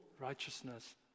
righteousness